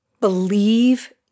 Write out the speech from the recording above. believe